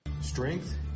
Strength